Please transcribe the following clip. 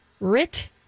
Rit